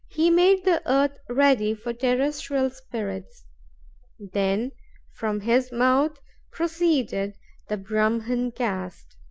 he made the earth ready for terrestrial spirits then from his mouth proceeded the brahman caste,